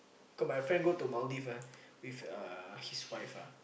cause my friend go to Maldives ah with uh his wife ah